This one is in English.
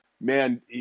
man